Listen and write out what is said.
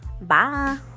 bye